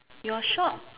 your shop